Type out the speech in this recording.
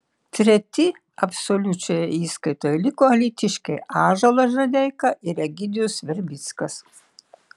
treti absoliučioje įskaitoje liko alytiškiai ąžuolas žadeika ir egidijus verbickas